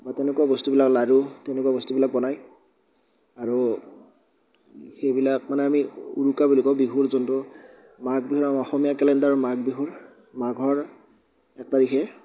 বা তেনেকুৱা বস্তুবিলাক লাড়ু তেনেকুৱা বস্তুবিলাক বনাই আৰু সেইবিলাক মানে আমি উৰুকা বুলি কওঁ বিহুৰ যোনটো মাঘ বিহুৰ আমাৰ অসমীয়া কেলেণ্ডাৰ মাঘ বিহুৰ মাঘৰ এক তাৰিখে